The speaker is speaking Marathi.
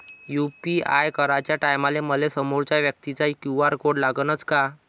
यू.पी.आय कराच्या टायमाले मले समोरच्या व्यक्तीचा क्यू.आर कोड लागनच का?